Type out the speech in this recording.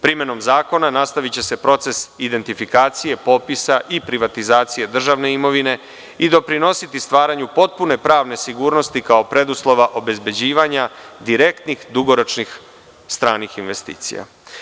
Primenom zakona nastaviće se proces identifikacije popisa i privatizacije državne imovine i doprinositi stvaranju potpune pravne sigurnosti kao preduslova obezbeđivanja direktnih dugoročnih stranih investicija.